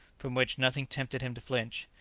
from which nothing tempted him to flinch,